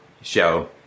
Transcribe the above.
show